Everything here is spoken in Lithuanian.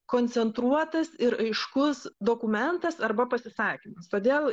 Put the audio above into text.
koncentruotas ir aiškus dokumentas arba pasisakymas todėl